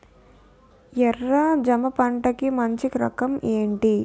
ఎర్ర జమ పంట కి మంచి రకం ఏంటి?